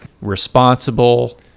responsible